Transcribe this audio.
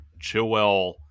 Chillwell